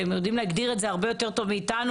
והם יודעים להגדיר את זה הרבה יותר טוב מאיתנו.